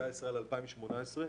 על 2018,